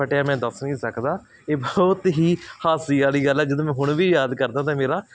ਫਟਿਆ ਮੈਂ ਦੱਸ ਨਹੀਂ ਸਕਦਾ ਇਹ ਬਹੁਤ ਹੀ ਹਾਸੇ ਵਾਲੀ ਗੱਲ ਹੈ ਜਦੋਂ ਮੈਂ ਹੁਣ ਵੀ ਯਾਦ ਕਰਦਾਂ ਤਾਂ ਮੇਰਾ